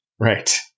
Right